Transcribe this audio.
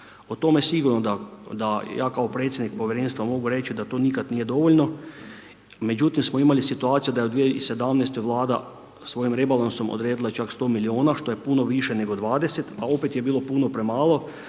O tome sigurno da ja kao predsjednik povjerenstva mogu reći da to nikad nije dovoljno međutim smo imali situaciju da je u 2017. Vlada svojim rebalansom odredila čak 100 milijuna što je puno više nego 20 a opet je bilo puno premalo